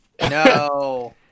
No